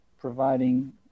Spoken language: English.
providing